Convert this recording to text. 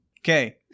Okay